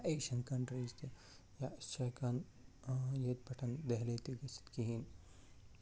یا Asian countries تہِ یا أسۍ چھِ ہٮ۪کان ییتۍ پٮ۪ٹھ دہلی تہِ گٔژھِتھ کِہیٖنۍ